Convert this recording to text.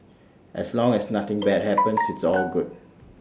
as long as nothing bad happens it's all good